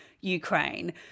Ukraine